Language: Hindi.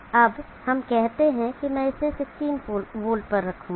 अब हम कहते हैं मैं इसे 16 वोल्ट पर रखूंगा